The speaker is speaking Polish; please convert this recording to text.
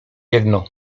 jedno